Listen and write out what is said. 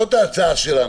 זו ההצעה שלנו.